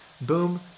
boom